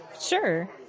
Sure